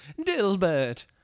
Dilbert